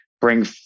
bring